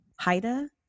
Haida